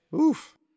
oof